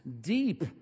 deep